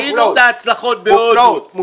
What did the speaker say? ראינו את ההצלחות בהודו.